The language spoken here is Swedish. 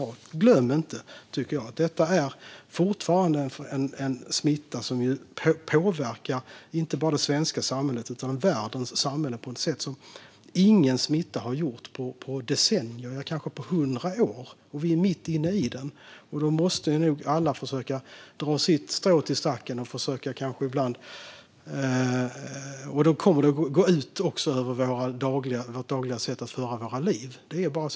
Jag tycker inte att man ska glömma att detta fortfarande är en smitta som påverkar inte bara det svenska samhället utan världens samhälle på ett sätt som ingen smitta har gjort på decennier - kanske på 100 år. Vi är mitt inne i den, och då måste alla försöka att dra sitt strå till stacken. Detta kommer att gå ut över vårt dagliga sätt att föra våra liv; det är bara så.